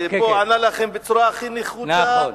שענה לכם בצורה הכי רגועה,